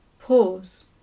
pause